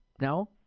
No